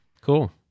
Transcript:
Cool